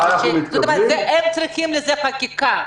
מכיוון שהם צריכים עבור זה חקיקה,